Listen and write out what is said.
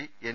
P N